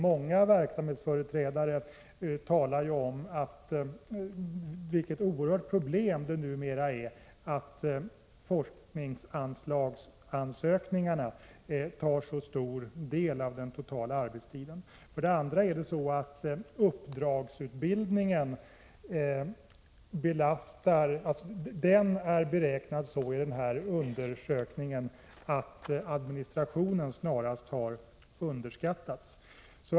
Många verksamhetsföreträdare talar om vilket oerhört problem det numera är att forskningsanslagsansökningarna tar så stor del av den totala arbetstiden. För det andra: Uppdragsutbildningen är beräknad på ett sådant sätt enligt denna undersökning att administrationen snarast har underskattats.